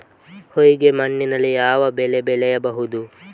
ಹೊಯ್ಗೆ ಮಣ್ಣಿನಲ್ಲಿ ಯಾವ ಬೆಳೆ ಬೆಳೆಯಬಹುದು?